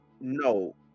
no